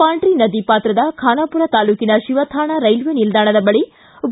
ಪಾಂಡ್ರಿ ನದಿ ಪಾತ್ರದ ಬಾನಾಪೂರ ತಾಲೂಕಿನ ಶಿವಥಾಣ ರೈಲ್ವೆ ನಿಲ್ದಾಣದ ಬಳಿ